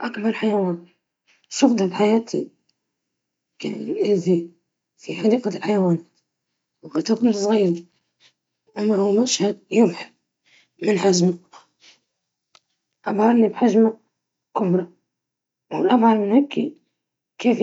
أكبر حيوان رأيته كان في أحد الرحلات البحرية، كان حوتًا عملاقًا، كان